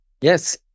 Yes